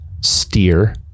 steer